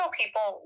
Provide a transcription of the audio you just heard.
people